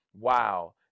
Wow